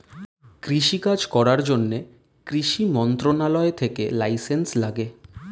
কৃষি কাজ করার জন্যে কৃষি মন্ত্রণালয় থেকে লাইসেন্স লাগে